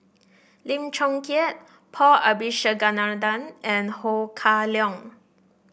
Lim Chong Keat Paul Abisheganaden and Ho Kah Leong